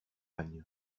año